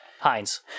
Heinz